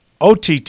ott